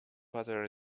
butter